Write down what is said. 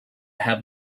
have